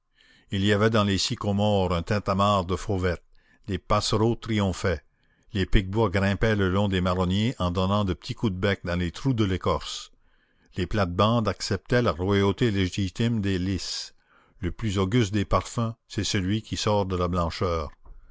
il y avait dans les sycomores un tintamarre de fauvettes les passereaux triomphaient les pique bois grimpaient le long des marronniers en donnant de petits coups de bec dans les trous de l'écorce les plates-bandes acceptaient la royauté légitime des lys le plus auguste des parfums c'est celui qui sort de la blancheur